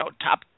top